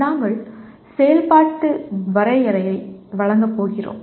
நாங்கள் ஒரு செயல்பாட்டு வரையறையை வழங்கப் போகிறோம்